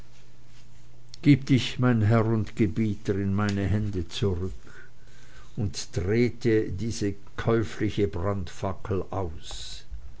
gib dich mein herr und gebieter in meine hände zurück und ich trete dir diese käufliche brandfackel aus